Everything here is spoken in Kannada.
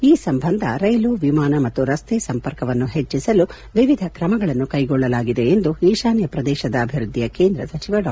ಈ ಸಂಬಂಧ ರೈಲು ವಿಮಾನ ಮತ್ತು ರಸ್ತೆ ಸಂಪರ್ಕವನ್ನು ಹೆಚ್ಚಿಸಲು ವಿವಿಧ ಕ್ರಮಗಳನ್ನು ಕೈಗೊಳ್ಳಲಾಗಿದೆ ಎಂದು ಈಶಾನ್ಯ ಪ್ರದೇಶದ ಅಭಿವೃದ್ಧಿಯ ಕೇಂದ್ರ ಸಚಿವ ಡಾ